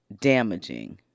damaging